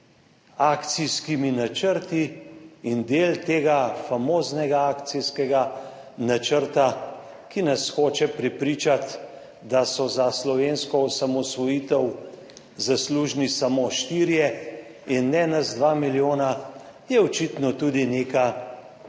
akcijskimi načrti in del tega famoznega akcijskega načrta, ki nas hoče prepričati, da so za slovensko osamosvojitev zaslužni samo štirje in ne nas 2 milijona, je očitno tudi neka